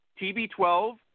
TB12